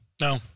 No